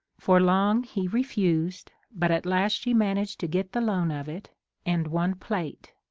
for long he re fused, but at last she managed to get the loan of it and one plate.